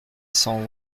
cent